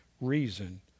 reason